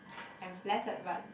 I'm flattered but